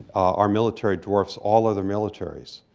our military dwarfs all other militaries.